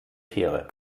fähre